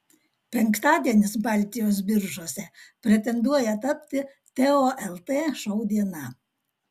penktadienis baltijos biržose pretenduoja tapti teo lt šou diena